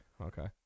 okay